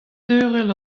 teurel